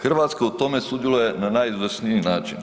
Hrvatska u tome sudjeluje na najizvrsniji način.